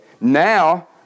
Now